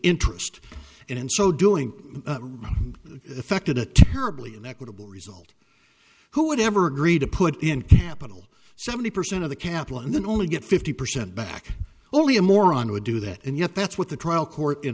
interest and in so doing affected a terribly an equitable result who would ever agree to put in capital seventy percent of the capital and then only get fifty percent back only a moron would do that and yet that's what the trial court in